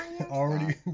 Already